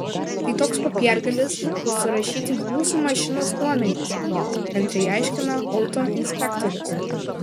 tai toks popiergalis kur surašyti jūsų mašinos duomenys kantriai aiškina autoinspektorius